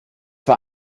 war